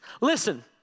Listen